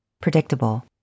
predictable